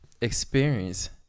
Experience